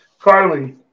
Carly